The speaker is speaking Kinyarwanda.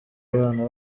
abana